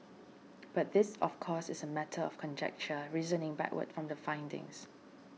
but this of course is a matter of conjecture reasoning backward from the findings